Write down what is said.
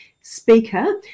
speaker